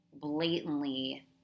blatantly